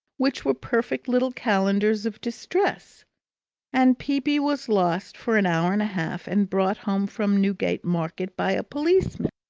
which were perfect little calendars of distress and peepy was lost for an hour and a half, and brought home from newgate market by a policeman.